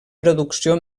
producció